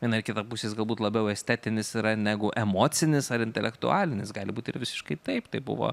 viena į kitą pusę jis galbūt labiau estetinis negu emocinis ar intelektualinis gali būti ir visiškai taip tai buvo